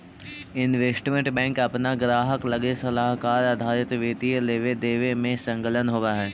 investment bank अपना ग्राहक लगी सलाहकार आधारित वित्तीय लेवे देवे में संलग्न होवऽ हई